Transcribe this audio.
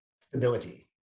stability